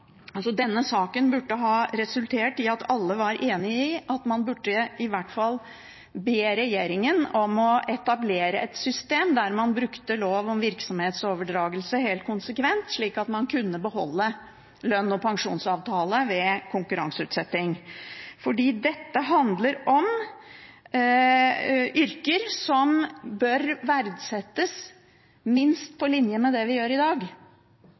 resultert i at alle var enig i at man i hvert fall burde be regjeringen om å etablere et system der man brukte lov om virksomhetsoverdragelse helt konsekvent, slik at man kunne beholde lønns- og pensjonsavtale ved konkurranseutsetting. For dette handler om yrker som bør verdsettes minst på linje med det vi gjør i dag.